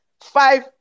five